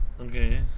Okay